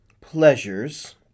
pleasures